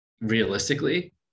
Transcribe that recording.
realistically